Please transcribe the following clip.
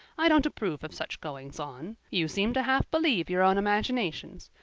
i don't approve of such goings-on. you seem to half believe your own imaginations.